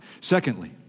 Secondly